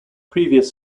previous